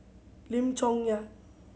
Lim Chong Yah